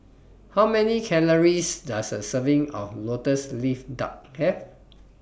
How Many Calories Does A Serving of Lotus Leaf Duck Have